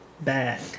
bad